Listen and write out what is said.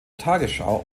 tagesschau